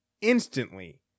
instantly